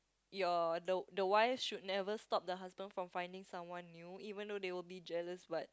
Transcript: your the the wife should never stop the husband from finding someone new even though they will be jealous but